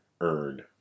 earn